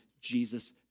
Jesus